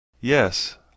Yes